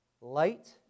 light